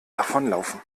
davonlaufen